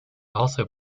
also